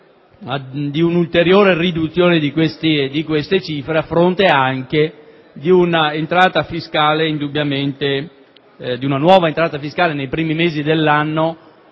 di un'ulteriore riduzione di tali cifre, a fronte anche di una nuova entrata fiscale nei primi mesi dell'anno